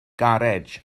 garej